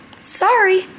Sorry